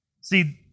See